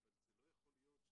עמי, רגע.